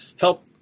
Help